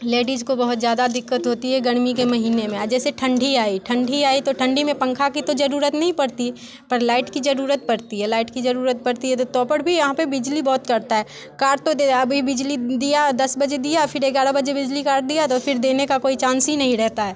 ladies को बहुत ज़्यादा दिक्कत होती है गर्मी के महीने में आ जैसे ठंढी आई ठंढी आई तो ठंडी में पंखा की तो जरूरत नहीं पड़ती पर लाइट की जरूरत पड़ती है लाइट की जरूरत पड़ती है तो तो पर भी यहाँ पे बिजली बहुत कटता है काट तो दे अभी बिजली दिया दस बजे दिया फिर ग्यारह बजे बिजली काट दिया तो फिर देने को कोई चांस ही नहीं रहता है